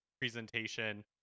presentation